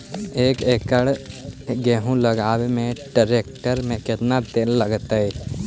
एक एकड़ गेहूं काटे में टरेकटर से केतना तेल लगतइ?